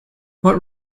what